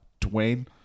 Dwayne